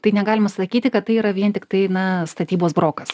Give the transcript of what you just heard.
tai negalima sakyti kad tai yra vien tiktai na statybos brokas